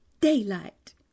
daylight